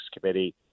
Committee